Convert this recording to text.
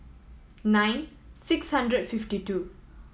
nine six hundred and fifty two